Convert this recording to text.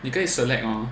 你可以 select hor